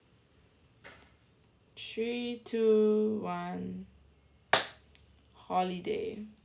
three two one holiday